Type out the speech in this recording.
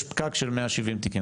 יש פקק של 170 תיקים,